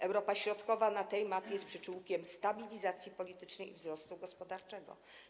Europa Środkowa na tej mapie jest przyczółkiem stabilizacji politycznej i wzrostu gospodarczego.